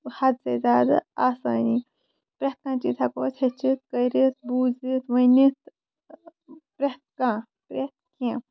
حد سے زیادٕ آسٲنہِ پرٮ۪تھ کانہہ چیٖز ہٮ۪کو أسۍ ہٮ۪چھِتھ کٔرِتھ بوٗزِتھ ؤنِتھ پرٮ۪تھ کانہہ پرٮ۪تھ کیٚنٛہہ